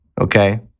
Okay